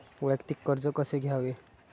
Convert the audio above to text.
वैयक्तिक कर्ज कसे घ्यावे?